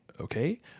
okay